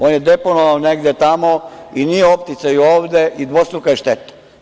On je deponovano negde tamo i nije opticaj ovde i dvostruka je šteta.